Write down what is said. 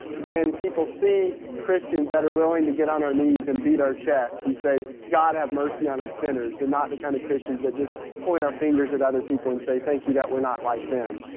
when people see christians that are willing to get on their knees and beat our chests and say, god, have mercy on us sinners, and not the kind of christians that just point our fingers at other people and say, thank you that we're not like them.